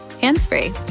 hands-free